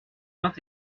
vingt